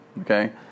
Okay